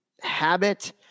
habit